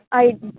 हय